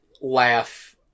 laugh